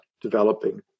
developing